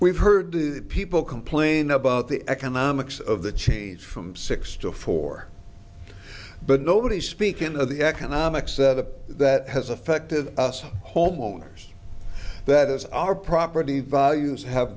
we've heard do people complain about the economics of the change from six to four but nobody speaking of the economic set up that has affected us homeowners that is our property values have